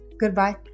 goodbye